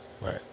right